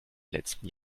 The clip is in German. letzten